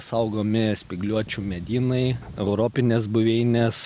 saugomi spygliuočių medynai europinės buveinės